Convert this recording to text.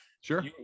Sure